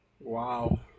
Wow